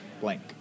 blank